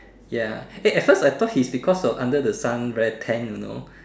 ya eh at first ah I thought it's because of under the sun very tan you know